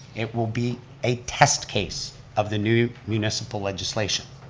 it will be a test case of the new municipal legislation.